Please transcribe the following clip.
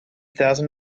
thousand